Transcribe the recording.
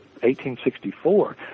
1864